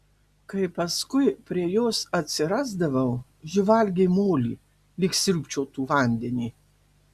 kai paskui prie jos atsirasdavau ji valgė molį lyg sriūbčiotų vandenį